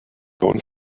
found